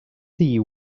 see